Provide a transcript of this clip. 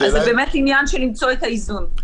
זה באמת עניין של למצוא את האיזון.